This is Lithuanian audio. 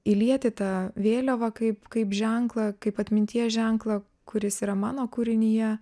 įlieti tą vėliavą kaip kaip ženklą kaip atminties ženklą kuris yra mano kūrinyje